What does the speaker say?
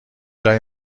لای